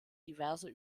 diverser